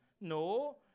No